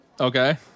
okay